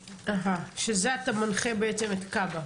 שזה אתה מנחה בעצם את כב"ה?